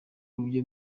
uburyo